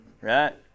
right